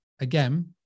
again